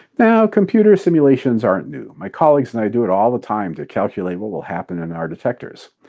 now computer simulations aren't new. my colleagues and i do it all the time to calculate what will happen in our detectors.